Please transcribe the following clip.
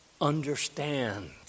understand